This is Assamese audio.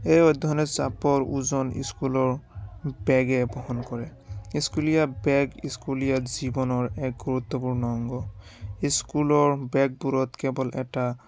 এই অধ্যয়নে চাপৰ ওজন স্কুলৰ বেগে বহন কৰে স্কুলীয়া বেগ স্কুলীয়া জীৱনৰ এক গুৰুত্বপূৰ্ণ অংগ স্কুলৰ বেগবোৰত কেৱল এটা